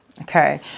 okay